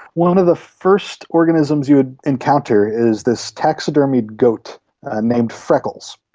one of the first organisms you would encounter is this taxidermied goat named freckles.